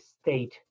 state